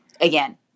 Again